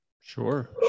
sure